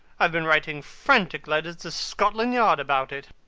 i have been writing frantic letters to scotland yard about it.